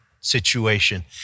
situation